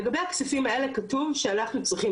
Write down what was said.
לגבי הכספים האלה כתוב שאנחנו צריכים,